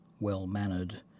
Well-Mannered